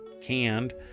canned